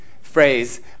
phrase